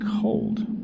cold